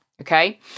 okay